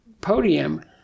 podium